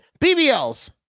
BBLs